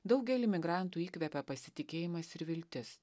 daugelį migrantų įkvepia pasitikėjimas ir viltis